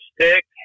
stick